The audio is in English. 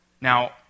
Now